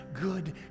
good